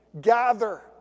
gather